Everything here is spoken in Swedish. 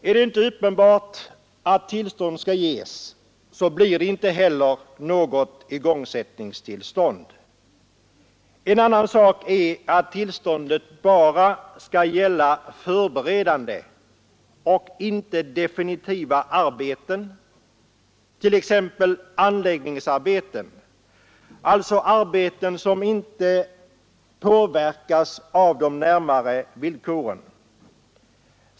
Om det inte är uppenbart att slutligt tillstånd skall ges, blir det inte heller något igångsättningstillstånd. En annan sak är att igångsättningstillståndet bara skall gälla förberedande och inte definitiva arbeten, t.ex. anläggningsarbeten, dvs. sådana arbeten som inte påverkas av de närmare villkoren.